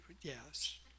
yes